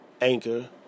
Anchor